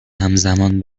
همزمان